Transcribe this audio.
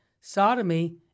sodomy